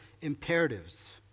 imperatives